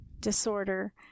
disorder